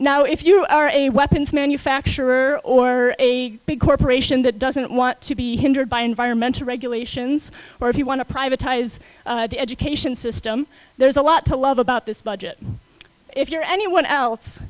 now if you are a weapons manufacturer or a big corporation that doesn't want to be hindered by environmental regulations or if you want to privatized the education system there's a lot to love about this budget if you're anyone else